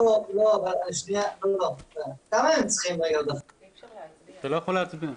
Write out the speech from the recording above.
אתה לא יכול להצביע.